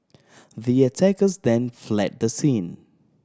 the attackers then fled the scene